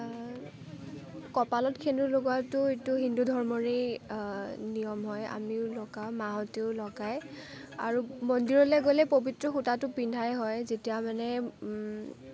কপালত সেন্দুৰ লগোৱাটো এইটো হিন্দু ধৰ্মৰেই নিয়ম হয় আমিও লগাও মাহঁতেও লগায় আৰু মন্দিৰলে গ'লে পৱিত্ৰ সূতাটো পিন্ধাই হয় তেতিয়া মানে